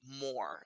more